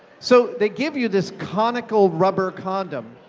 so they give you this conical rubber condom,